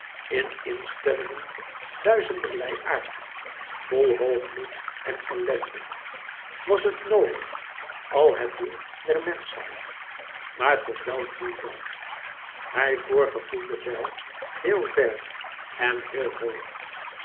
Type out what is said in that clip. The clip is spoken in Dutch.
in instellingen duizenderlei aard vol hoogmoed en ellende was het noodig al het doen der menschheid maar tot welk doel dan hij voorgevoelde wel heel ver en heel hoog